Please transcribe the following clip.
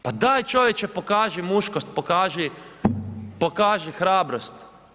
Pa daj čovječe pokaži muškost, pokaži hrabrost.